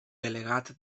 delegat